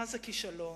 מה-זה כישלון.